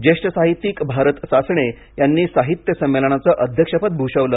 ज्येष्ठ साहित्यिक भारत सासणे यांनी साहित्य संमेलनाचं अध्यक्षपद भूषवलं